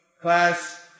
class